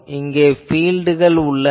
இங்கே பீல்ட்கள் உள்ளன